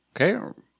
Okay